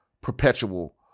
Perpetual